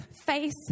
face